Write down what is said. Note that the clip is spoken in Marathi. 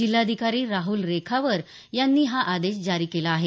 जिल्हाधिकारी राहुल रेखावर यांनी हा आदेश जारी केला आहे